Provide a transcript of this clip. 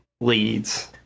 leads